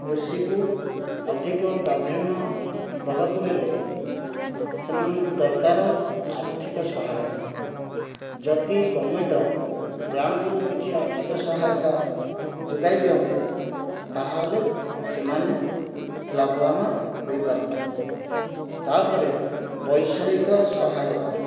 କୃଷିକୁ ଅଧିକ ପ୍ରାଧାନ୍ୟ ଦେବାକୁ ହେଲେ ସେମାନଙ୍କୁ ଦରକାର ଆର୍ଥିକ ସହାୟତା ଯଦି ଗଭର୍ଣ୍ଣମେଣ୍ଟ ବ୍ୟାଙ୍କରୁ କିଛି ଆର୍ଥିକ ସହାୟତା ଯୋଗାଇ ଦିଅନ୍ତେ ତାହେଲେ ସେମାନେ ଲାଭବାନ ହୋଇପାରନ୍ତେ ତାପରେ ବୈଷୟିକ ସହାୟତା